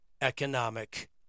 Economic